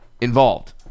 involved